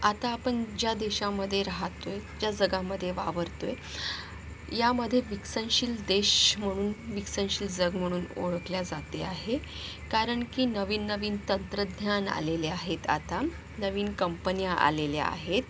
आता आपण ज्या देशामध्ये राहतो आहे ज्या जगामध्ये वावरतो आहे यामध्ये विकसनशील देश म्हणून विकसनशील जग म्हणून ओळखल्या जाते आहे कारण की नवीननवीन तंत्रज्ञान आलेले आहेत आता नवीन कंपन्या आलेल्या आहेत